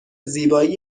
زیبایی